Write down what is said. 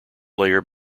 layer